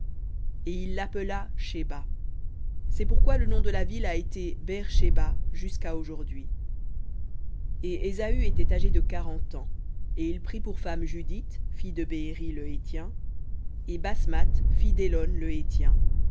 et il l'appela shéba c'est pourquoi le nom de la ville a été beër shéba jusquà aujourdhui et ésaü était âgé de quarante ans et il prit pour femmes judith fille de beéri le héthien et basmath fille d'élon le héthien